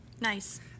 Nice